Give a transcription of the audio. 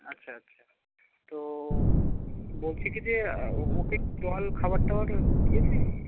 আচ্ছা আচ্ছা তো বলছি কি যে ওকে জল খাবার টাবার দিয়েছে